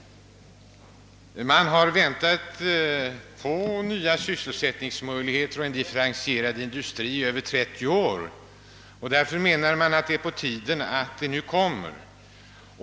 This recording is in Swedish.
Man har väntat på nya sysselsättningsmöjligheter och en differentierad industri i över 30 år. Därför menar man att det är på tiden att de kommer.